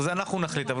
את זה אנחנו נחליט.